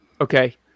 Okay